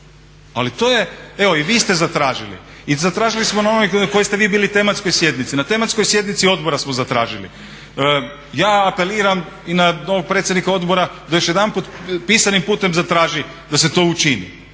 ušančeni. Evo i vi ste zatražili i zatražili smo na onoj na kojoj ste vi bili tematskoj sjednici, na tematskoj sjednici odbora smo zatražili. Ja apeliram i na novog predsjednika odbora da još jedanput pisanim putem zatraži da se to učini.